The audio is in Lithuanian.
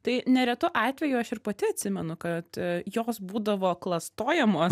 tai neretu atveju aš ir pati atsimenu kad jos būdavo klastojamo